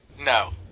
No